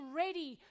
ready